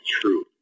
true